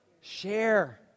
Share